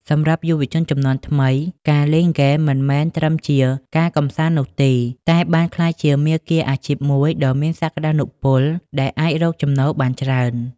សម្រាប់យុវជនជំនាន់ថ្មី ការលេងហ្គេមមិនមែនត្រឹមជាការកម្សាន្តនោះទេ តែបានក្លាយជាមាគ៌ាអាជីពមួយដ៏មានសក្ដានុពល ដែលអាចរកចំណូលបានច្រើន។